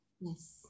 Yes